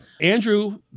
Andrew